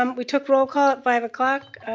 um we took roll call at five o'clock.